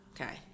okay